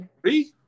Three